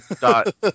dot